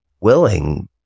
willing